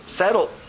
settled